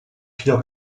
vier